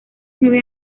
nueve